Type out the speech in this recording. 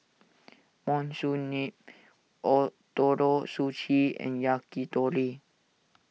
Monsunabe Ootoro Sushi and Yakitori